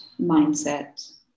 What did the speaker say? mindset